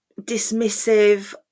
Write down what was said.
dismissive